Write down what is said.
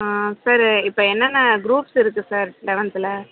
ஆ sir இப்போ என்னென்ன groups இருக்கு சார் லெவன்த்தில்